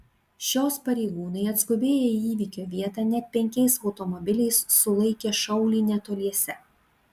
šios pareigūnai atskubėję į įvykio vietą net penkiais automobiliais sulaikė šaulį netoliese